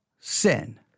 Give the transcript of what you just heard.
sin